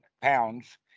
pounds